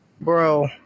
Bro